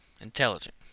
intelligent